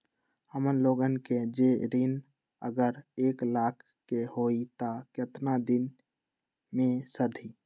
हमन लोगन के जे ऋन अगर एक लाख के होई त केतना दिन मे सधी?